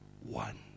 one